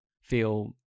feel